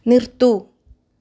നിർത്തൂ